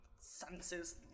senses